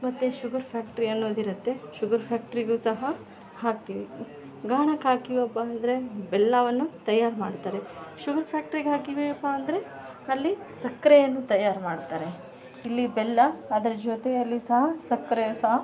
ಮತ್ತು sugar factory ಅನ್ನೋದಿರುತ್ತೆ sugar ಫ್ಯಾಕ್ಟ್ರಿಗು ಸಹ ಹಾಕ್ತಿವಿ ಗಾಣಕ್ಕೆ ಹಾಕಿವಪಾ ಅಂದರೆ ಬೆಲ್ಲವನ್ನು ತಯಾರು ಮಾಡ್ತಾರೆ ಶುಗರ್ ಫ್ಯಾಕ್ಟ್ರಿಗೆ ಹಾಕಿವೆಪಾ ಅಂದರೆ ಅಲ್ಲಿ ಸಕ್ಕರೆಯನ್ನು ತಯಾರು ಮಾಡ್ತಾರೆ ಇಲ್ಲಿ ಬೆಲ್ಲ ಅದರ ಜೊತೆಯಲ್ಲಿ ಸಹ ಸಕ್ಕರೆ ಸಹ